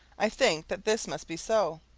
i think that this must be so.